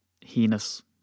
heinous